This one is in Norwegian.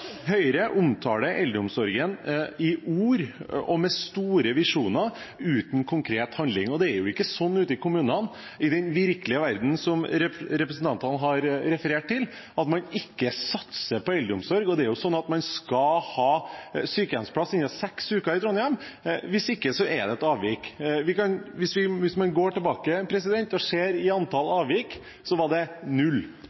Høyre omtaler eldreomsorgen i ord og med store visjoner uten konkret handling, og det er jo ikke sånn ute i kommunene – i den virkelige verden, som representantene har referert til – at man ikke satser på eldreomsorg. I Trondheim skal man få sykehjemsplass innen seks uker, hvis ikke er det et avvik. Hvis man går tilbake og ser på antall avvik, var det null.